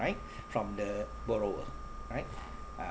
right from the borrower right uh